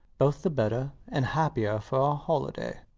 both the better and happier for our holiday.